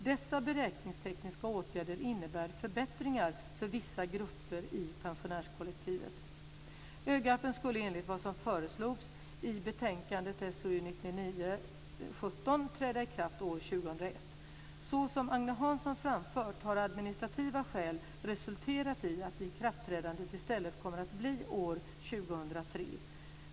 Dessa beräkningstekniska åtgärder innebär förbättringar för vissa grupper i pensionärskollektivet. Agne Hansson framfört har administrativa skäl resulterat i att ikraftträdandet i stället kommer att bli år 2003.